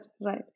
right